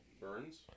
Burns